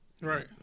Right